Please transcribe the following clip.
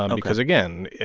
um because, again,